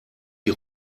die